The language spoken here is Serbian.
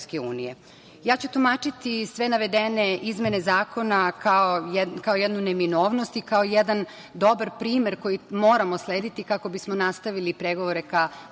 EU.Ja ću tumačiti sve navedene izmene zakona kao jednu neminovnost i kao jedan dobar primer koji moramo slediti kako bismo nastavili pregovore ka